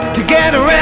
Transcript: Together